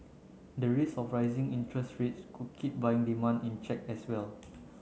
the risk of rising interest rates could keep buying demand in check as well